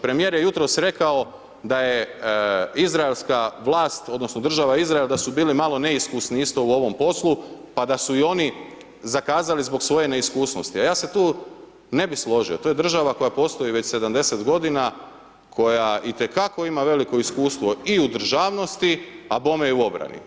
Premijer je jutro rekao da je izraelska vlast odnosno država Izrael da su bili malo neiskusni isto u ovom poslu pa da su i oni zakazali zbog svoje neiskusnosti a ja se tu ne bi složio, to je država koja postoji već 70 g., koja itekako ima veliko iskustvo i u državnosti a bome i u obrani.